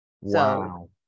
Wow